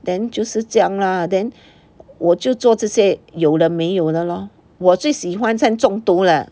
then 就是这样啦 then 我就做这些有的没有的咯我最喜欢才中毒了